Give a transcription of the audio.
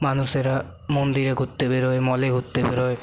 মানুষেরা মন্দিরে ঘুরতে বেরোয় মলে ঘুরতে বেরোয়